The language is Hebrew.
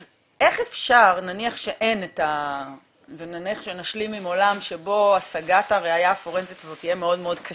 אז איך אפשר נניח שנשלים עם עולם שבו השגת הראייה הפורנזית מאוד קשה.